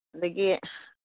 ꯑꯗꯒꯤ